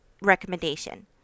recommendation